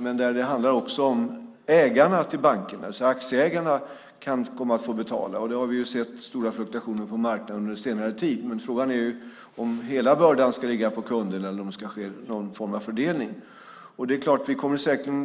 Men det handlar också om att ägarna till bankerna, aktieägarna, kan komma att få betala. Vi har sett stora fluktuationer på marknaden under senare tid. Men frågan är om hela bördan ska ligga på kunderna eller om det ska ske någon form av fördelning. Vi kommer framöver säkerligen